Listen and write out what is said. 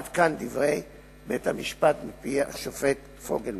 עד כאן דברי בית-המשפט, מפי השופט פוגלמן.